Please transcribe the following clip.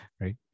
right